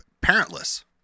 parentless